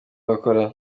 bakora